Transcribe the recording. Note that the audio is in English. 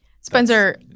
Spencer